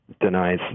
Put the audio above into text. denies